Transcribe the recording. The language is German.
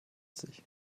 sich